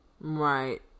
Right